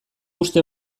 uste